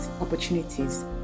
opportunities